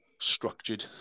structured